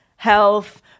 Health